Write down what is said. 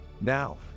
Now